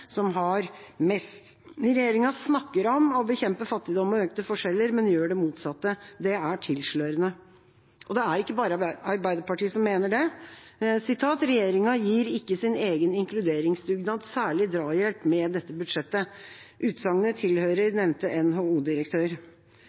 som har mest. Regjeringa snakker om å bekjempe fattigdom og økte forskjeller, men gjør det motsatte. Det er tilslørende. Det er ikke bare Arbeiderpartiet som mener det. «Regjeringen gir ikke sin egen inkluderingsdugnad særlig drahjelp med dette budsjettet.» Utsagnet tilhører nevnte